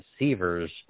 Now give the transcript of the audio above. receivers